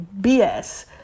BS